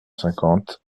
cinquante